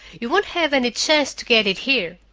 you won't have any chance to get it here.